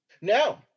No